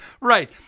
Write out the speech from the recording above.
Right